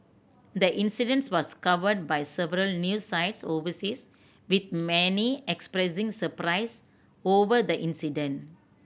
the incidents was covered by several new sites overseas with many expressing surprise over the incident